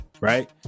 right